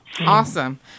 awesome